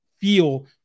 feel